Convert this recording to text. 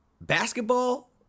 basketball